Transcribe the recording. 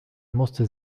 musste